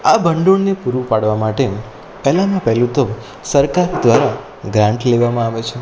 આ ભંડોળને પૂરું પાડવા માટે પહેલામાં પહેલું તો સરકાર દ્વારા ગ્રાન્ટ લેવામાં આવે છે